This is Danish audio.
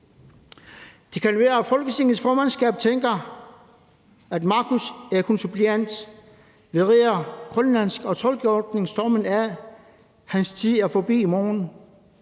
Det kan være, at Folketingets formandskab tænker: Markus er kun suppleant. Vi rider grønlandsk- og tolkeordningsstormen af. Hans tid er forbi i morgen.